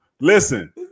Listen